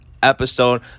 episode